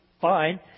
fine